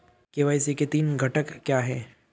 KYC के तीन घटक क्या हैं?